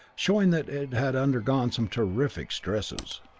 showing that it had undergone some terrific stresses.